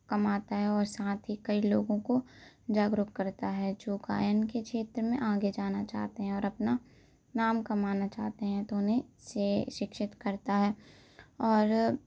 कमाता है और साथ ही कई लोगों को जागरूक करता है जो गायन के क्षेत्र में आगे जाना चाहते हैं और अपना नाम कमाना चाहते हैं तो उन्हें से शिक्षित करता है और